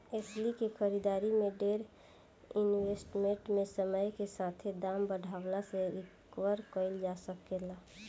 एस्ली के खरीदारी में डेर इन्वेस्टमेंट के समय के साथे दाम बढ़ला से रिकवर कईल जा सके ला